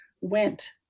went